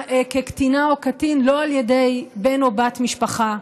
כקטינה או קטין לא על ידי בן או בת משפחה,